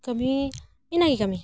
ᱠᱟᱹᱢᱤ ᱤᱱᱟᱹᱜᱮ ᱠᱟᱹᱢᱤ